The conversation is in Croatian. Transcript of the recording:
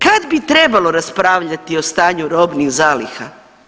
Kad bi trebalo raspravljati o stanju robnih zaliha?